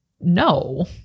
No